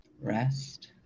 rest